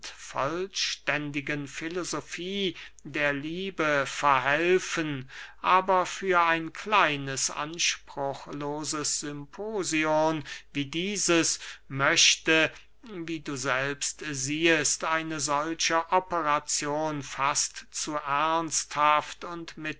vollständigen filosofie der liebe verhelfen aber für ein kleines anspruchloses symposion wie dieses möchte wie du selbst siehest eine solche operazion fast zu ernsthaft und